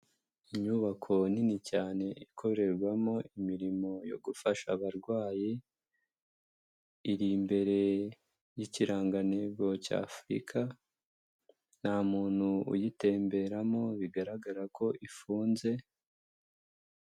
Inyubako nini cyane ikorerwamo imirimo yo gufasha abarwayi, iri imbere y'ikirangantego cy'Afurika, nta muntu uyitemberamo, bigaragara ko ifunze